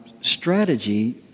strategy